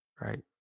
right